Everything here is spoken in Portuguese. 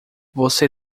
você